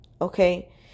okay